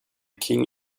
king